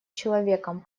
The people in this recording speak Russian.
человеком